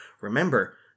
Remember